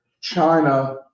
China